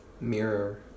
mirror